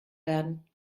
werden